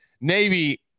Navy